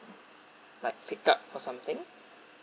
like pick up or something